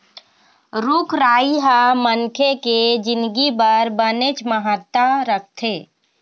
रूख राई ह मनखे के जिनगी बर बनेच महत्ता राखथे